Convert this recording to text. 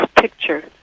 picture